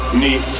need